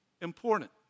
important